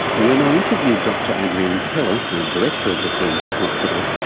when i interviewed dr adrian keller, the director of the forensic hospital,